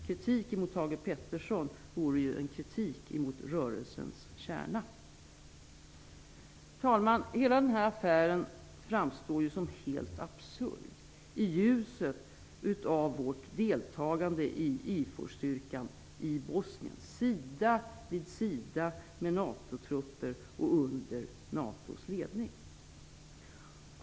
Kritiken mot Thage Peterson vore ju en kritik mot rörelsens kärna. Herr talman! Hela den här affären framstår som helt absurd i ljuset av vårt deltagande i IFOR-styrkan i Bosnien, sida vid sida med NATO-trupper och under NATO:s ledning.